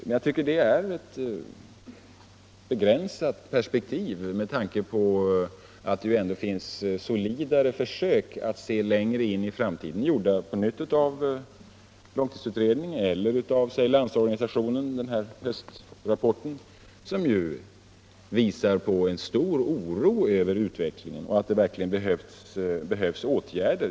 Men det är ett begränsat perspektiv med tanke på att det ändå gjorts solidare försök att se längre in i framtiden — av långtidsutredningen på nytt men även av Landsorganisationen i dess höstrapport — som visar en stor oro över utvecklingen och pekar på att åtgärder behövs.